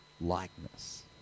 likeness